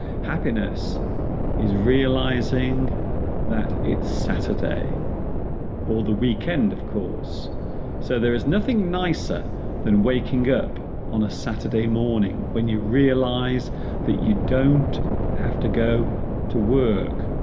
happiness is realizing that it's saturday or the weekend of course so there is nothing nicer than waking up on a saturday morning when you realize that you don't have to go to work